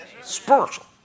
Spiritual